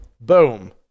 Boom